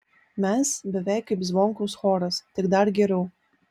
mes beveik kaip zvonkaus choras tik dar geriau